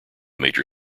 major